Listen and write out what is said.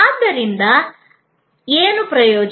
ಅದರಲ್ಲಿ ಏನು ಪ್ರಯೋಜನವಿದೆ